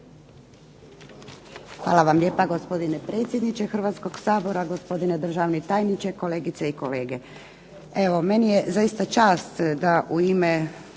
Hvala vam lijepa gospodine predsjedniče Hrvatskog sabora, gospodine državni tajniče, kolegice i kolege. Evo meni je zaista čast da u ime